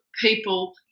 people